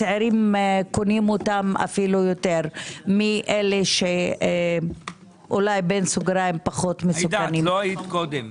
הצעירים קונים אותן אף יותר מאלה שאולי במירכאות פחות- - לא היית קודם.